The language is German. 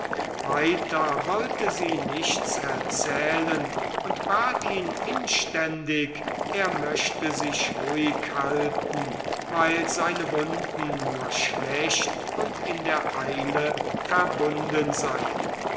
weiter wollte sie nichts erzählen und bat ihn inständig er möchte sich ruhig halten weil seine wunden nur schlecht und in der eile verbunden seien